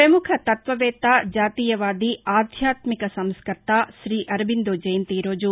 ప్రముఖ తత్వవేత్త జాతీయవాది ఆధ్యాత్మిక సంస్కర్త శ్రీ అరబిందో జయంతి ఈ రోజు